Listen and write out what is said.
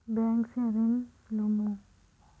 Bank से ऋण लुमू?